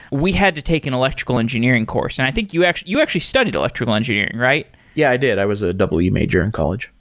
we had to take an electrical engineering course. and i think you actually you actually studied electrical engineering, right? yeah, i did. i was a w major in college.